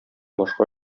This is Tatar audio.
башка